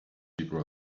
debra